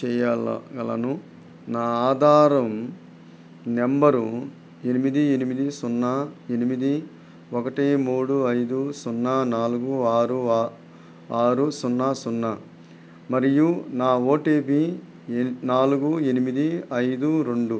చేయగలను నా ఆధార్ నెంబరు ఎనిమిది ఎనిమిది సున్నా ఎనిమిది ఒకటి మూడు ఐదు సున్నా నాలుగు ఆరు ఆరు సున్నా సున్నా మరియు నా ఓటీపీ ఎన్ నాలుగు ఎనిమిది ఐదు రెండు